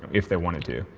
if they wanted to,